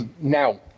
Now